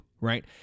right